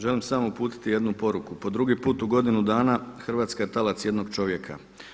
Želim samo uputiti jednu poruku, po drugi put u godinu dana Hrvatska je talac jednog čovjeka.